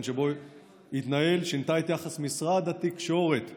שבו התנהלותו שינתה את יחס משרד התקשורת לאלוביץ'